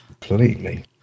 Completely